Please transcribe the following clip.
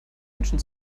menschen